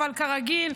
אבל כרגיל,